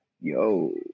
yo